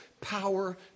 power